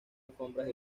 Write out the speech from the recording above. alfombras